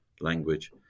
language